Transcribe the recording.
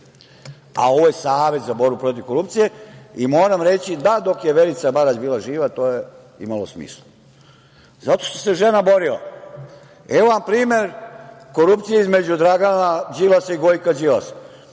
a ovo je Savet za borbu protiv korupcije. Moram reći da dok je Verica Barać bila živa to je imalo smisla, zato što se žena borila. Evo vam primer korupcije između Dragana Đilasa i Gojka Đilasa.